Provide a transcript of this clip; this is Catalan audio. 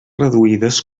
reduïdes